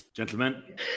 gentlemen